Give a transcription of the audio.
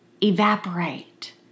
evaporate